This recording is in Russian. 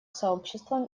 сообществом